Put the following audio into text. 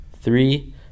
three